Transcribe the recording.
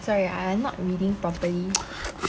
sorry ah I not reading properly